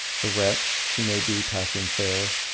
the wretch, she may be passing fair.